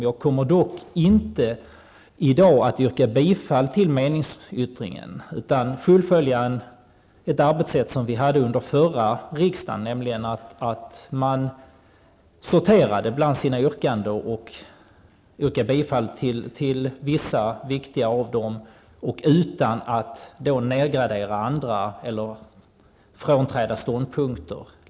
Jag kommer dock inte i dag att yrka bifall till meningsyttringen utan fullfölja ett arbetssätt som vi tillämpade under förra riksdagen, då vi sorterade bland våra yrkanden och yrkade bifall till vissa av dem som var särskilt viktiga och lät bli att yrka bifall till andra -- utan att nedvärdera dem eller frånträda ståndpunkter.